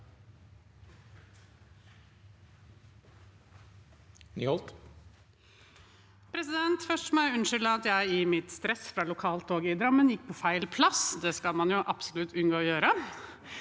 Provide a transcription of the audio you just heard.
for saken): Først må jeg unnskylde at jeg i mitt stress fra lokaltoget i Drammen gikk feil. Det skal man jo absolutt unngå å gjøre.